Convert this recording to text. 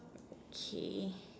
okay